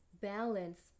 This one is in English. balance